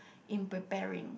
in preparing